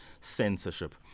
censorship